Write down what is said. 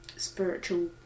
spiritual